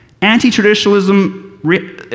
Anti-traditionalism